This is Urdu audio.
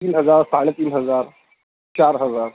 تین ہزار ساڑھے تین ہزار چار ہزار